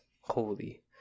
holy